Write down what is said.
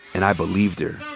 and i believed her.